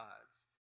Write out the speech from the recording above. gods